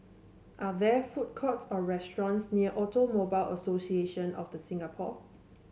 are there food courts or restaurants near Automobile Association of The Singapore